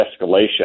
escalation